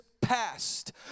passed